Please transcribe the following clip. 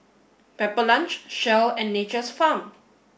Pepper Lunch Shell and Nature's Farm